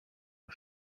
und